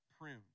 pruned